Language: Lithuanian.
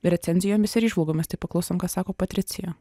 recenzijomis ir įžvalgomis tai paklausom ką sako patricija